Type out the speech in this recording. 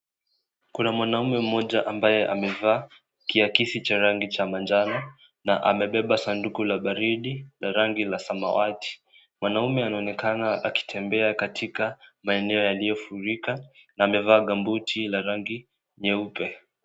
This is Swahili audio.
Kuna wmanamme mmoja ambaye amevaa kiakisi cha rangi ya manjano, na amebeba sanduku la baridi la ragi ya samawati. Mwanaume anaonekana akitembea katika maeneo yaloyofurika, na amevaa gambuti la rangi nyeupe.